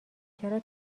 چرا